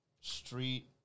Street